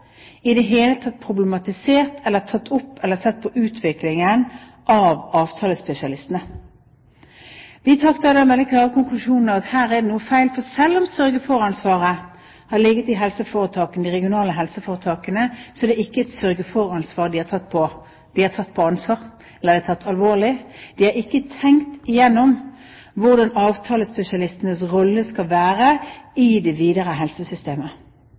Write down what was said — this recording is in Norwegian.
i det hele tatt problematisert, tatt opp eller sett på utviklingen med tanke på avtalespesialistene. Vi trakk da den veldig klare konklusjonen at her er det noe feil, for selv om sørge for-ansvaret har ligget i de regionale helseforetakene, har de ikke tatt det alvorlig. De har ikke tenkt igjennom hvordan avtalespesialistenes rolle skal være i det videre helsesystemet.